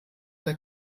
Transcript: der